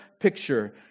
picture